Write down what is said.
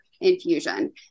infusion